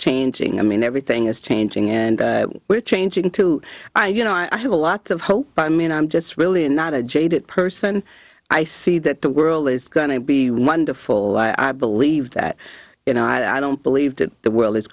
changing i mean everything is changing and we're changing to i you know i have a lot of hope but i mean i'm just really not a jaded person i see that the world is going to be wonderful i believe that you know i don't believe that the world is